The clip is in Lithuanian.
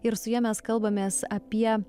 ir su ja mes kalbamės apie